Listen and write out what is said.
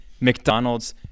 McDonald's